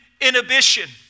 inhibition